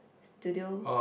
studio